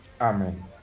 Amen